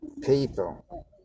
People